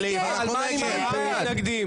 הוא לא פה, אתה לא מעניין אותו.